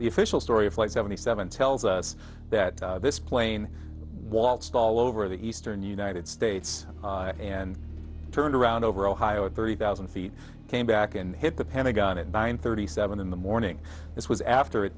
the official story of flight seventy seven tells us that this plane waltzed all over the eastern united states and turned around over ohio at thirty thousand feet came back and hit the pentagon and by nine thirty seven in the morning this was after